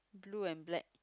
blue and black